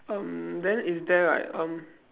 um then is there like um